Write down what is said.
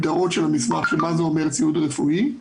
מה זה אומר ציוד רפואי.